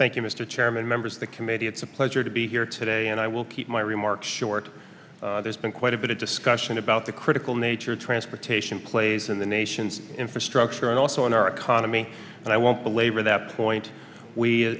thank you mr chairman members of the committee it's a pleasure to be here today and i will keep my remarks short there's been quite a bit of discussion about the critical nature transportation plays in the nation's infrastructure and also in our economy and i won't belabor that point we